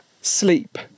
sleep